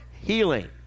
healing